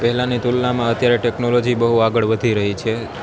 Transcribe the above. પહેલાની તુલનામાં અત્યારે ટેકનોલોજી બહુ આગળ વધી રહી છે